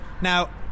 Now